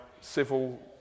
civil